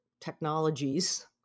technologies